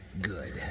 Good